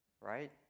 Right